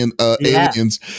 aliens